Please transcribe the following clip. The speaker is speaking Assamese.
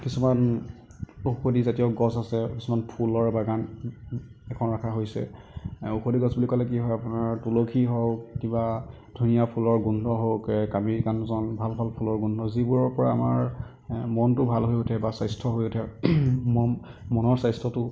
কিছুমান ঔষধিজাতীয় গছ আছে কিছুমান ফুলৰ বাগান এখন ৰখা হৈছে ঔষধি গছ বুলি ক'লে কি হয় আপোনাৰ তুলসী হওক কিবা ধুনীয়া ফুলৰ গোন্ধ হওক কাবেৰী কাঞ্চন ভাল ভাল ফুলৰ গোন্ধ যিবোৰৰ পৰা আমাৰ মনটো ভাল হৈ উঠে বা স্বাস্থ্য় হৈ উঠে মন মনৰ স্বাস্থ্য়টো